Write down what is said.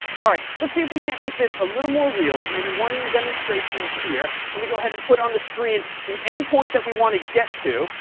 all right, let's see if we can't make this a little more real with maybe one demonstration here. let me go ahead and put on the screen the end point that we want to get to,